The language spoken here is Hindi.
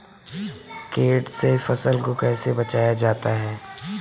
कीट से फसल को कैसे बचाया जाता हैं?